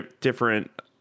different